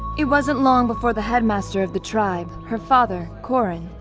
it wasn't long before the headmaster of the tribe, her father, korren,